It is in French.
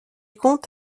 compte